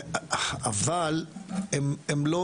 אבל הם לא,